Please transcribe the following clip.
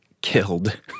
killed